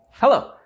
Hello